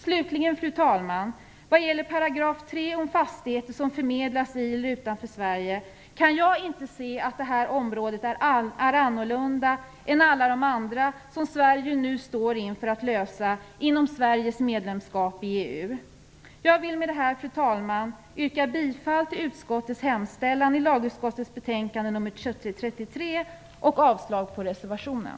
Slutligen, fru talman, kan jag vad gäller 3 § om fastigheter som förmedlas i eller utanför Sverige inte se att det här området är annorlunda än alla de andra frågor som Sverige nu står inför att lösa inom Sveriges medlemskap i EU. Jag vill med detta, fru talman, yrka bifall till utskottets hemställan i lagutskottets betänkande 33 och avslag på reservationen.